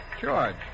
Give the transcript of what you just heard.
George